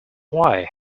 why